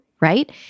right